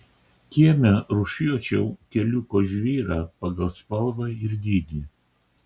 kieme rūšiuočiau keliuko žvyrą pagal spalvą ir dydį